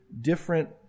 different